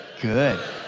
good